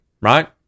right